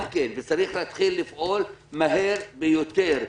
צריך להתחיל לפעול מהר ביותר.